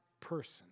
person